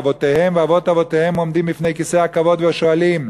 ואבותיהם ואבות אבותיהם עומדים בפני כיסא הכבוד ושואלים: